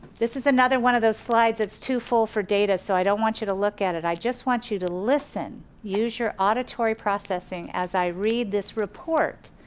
this is another one of those slides that's too full for data so i don't want you to look at it. i just want you to listen, use your auditory processing as i read this report.